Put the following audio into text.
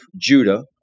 Judah